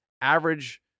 average